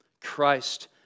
Christ